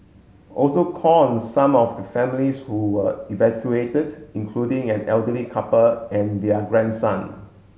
also call on some of the families who were evacuated including an elderly couple and their grandson